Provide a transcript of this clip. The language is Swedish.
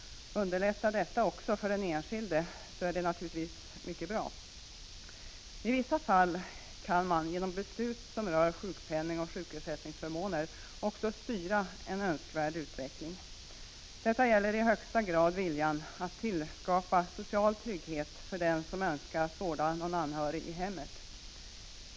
Underlättar det också för den enskilde så är det naturligtvis mycket bra. I vissa fall kan man genom beslut som rör sjukpenning och sjukersättningsförmåner också styra utvecklingen i önskvärd riktning. Detta gäller i högsta grad viljan att tillskapa social trygghet för den som önskar vårda någon anhörig i hemmet.